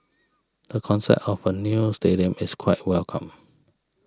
the concept of a new stadium is quite welcome